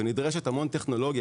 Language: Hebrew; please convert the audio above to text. ונדרשת המון טכנולוגיה,